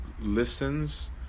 listens